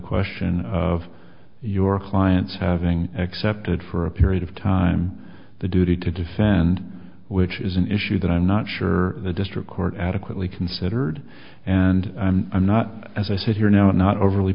question of your clients having accepted for a period of time the duty to defend which is an issue that i'm not sure the district court adequately considered and i'm not as i sit here now i'm not overly